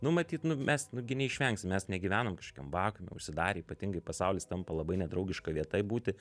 nu matyt nu mes nu gi neišvengsim mes negyvenam kažkokiam vakuume užsidarę ypatingai pasaulis tampa labai nedraugiška vieta būti